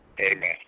Amen